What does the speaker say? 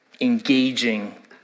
engaging